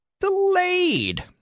delayed